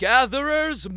Gatherers